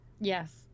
Yes